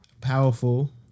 powerful